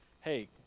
hey